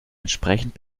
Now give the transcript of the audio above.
entsprechend